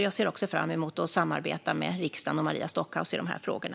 Jag ser också fram emot att samarbeta med riksdagen och Maria Stockhaus i de här frågorna.